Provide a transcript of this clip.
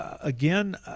again